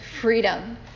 freedom